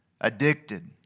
addicted